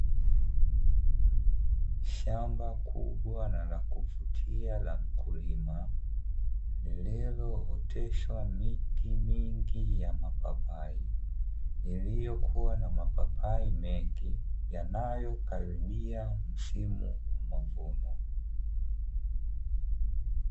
Shamba kubwa na la kuvutia la mkulima, lililooteshwa miti mingi ya mapapai iliyokuwa na mapapai mengi, yanayokaribia msimu wa mavuno.